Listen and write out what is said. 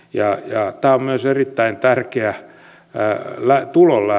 tämä on myös erittäin tärkeä tulonlähde heille